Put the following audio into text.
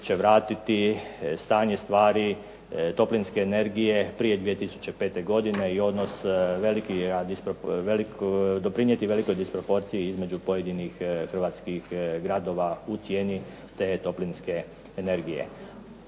će vratiti stanje stvari toplinske energije prije 2005. i odnos doprinijeti velikoj disproporciji između pojedenih hrvatskih gradova u cijeni te toplinske energije.